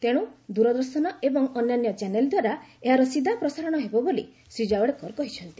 ତେଣୁ ଦୂରଦର୍ଶନ ଏବଂ ଅନ୍ୟାନ୍ୟ ଚ୍ୟାନେଲ ଦ୍ୱାରା ଏହାର ସିଧା ପ୍ରସାରଣ ହେବ ବୋଲି ଶ୍ରୀ ଜାଭଡେକର କହିଛନ୍ତି